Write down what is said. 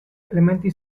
elementi